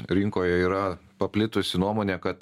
rinkoje yra paplitusi nuomonė kad